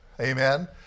Amen